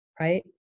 right